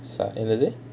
என்னது:ennathu